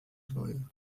dwoje